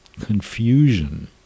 confusion